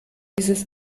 dieses